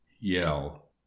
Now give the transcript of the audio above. yell